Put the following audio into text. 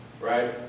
right